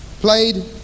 played